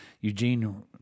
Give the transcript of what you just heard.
Eugene